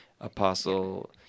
apostle